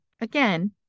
Again